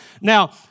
Now